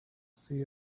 see